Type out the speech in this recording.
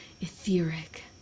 etheric